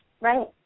Right